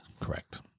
correct